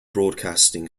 broadcasting